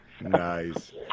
Nice